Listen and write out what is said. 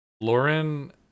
Lauren